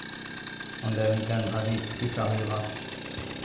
ᱚᱸᱰᱮ ᱢᱤᱫᱴᱮᱱ ᱵᱷᱟᱹᱜᱤ ᱪᱤᱠᱤᱛᱥᱟ ᱦᱩᱭᱩᱜᱼᱟ